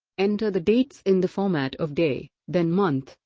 enter the dates in the format of day, then month,